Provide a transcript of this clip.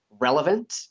relevant